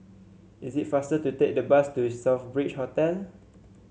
is it faster to take the bus to The Southbridge Hotel